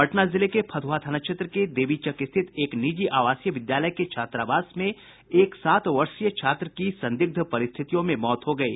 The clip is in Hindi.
पटना जिले के फतुहा थाना क्षेत्र के देवीचक स्थित एक निजी आवासीय विद्यालय के छात्रावास में एक सात वर्षीय छात्र की संदिग्ध परिस्थितियों में मौत हो गयी